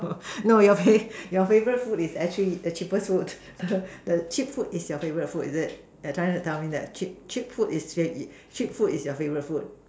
no your fav~ your favourite food is actually cheapest food the the cheapest food the the cheap food is your favourite food is it that you are trying to tell me that cheap food is cheap food is your favourite food